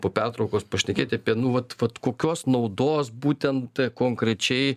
po pertraukos pašnekėti apie nu vat vat kokios naudos būtent konkrečiai